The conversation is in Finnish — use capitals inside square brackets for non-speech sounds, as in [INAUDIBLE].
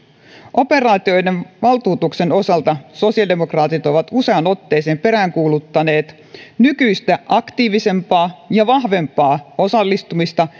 operaatioiden valtuutuksen osalta sosiaalidemokraatit ovat useaan otteeseen peräänkuuluttaneet nykyistä aktiivisempaa ja vahvempaa osallistumista [UNINTELLIGIBLE]